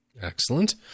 Excellent